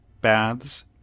baths